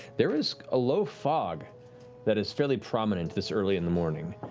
there is a low fog that is fairly prominent this early in the morning.